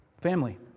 Family